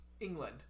England